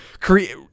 create